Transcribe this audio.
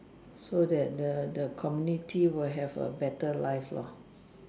so that the the community will have a better life lah